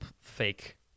fake